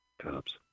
cops